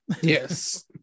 Yes